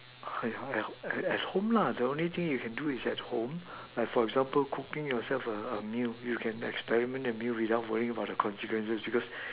at home at at home lah the only thing you can do is at home like for example cooking yourself a a meal you can experiment a meal without worrying about the consequences because